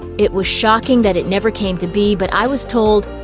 it was shocking that it never came to be, but i was told,